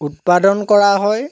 উৎপাদন কৰা হয়